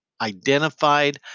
identified